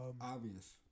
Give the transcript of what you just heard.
Obvious